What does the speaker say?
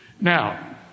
Now